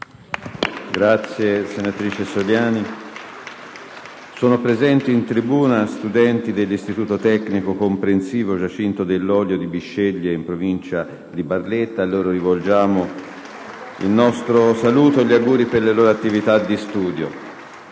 una nuova finestra"). Sono presenti in tribuna gli studenti dell'Istituto tecnico commerciale «Giacinto Dell'Olio» di Bisceglie, in provincia di Bari. A loro rivolgiamo il nostro saluto e gli auguri per la loro attività di studio.